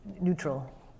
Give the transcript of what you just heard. neutral